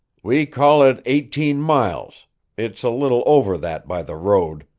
we call it eighteen miles it's a little over that by the road.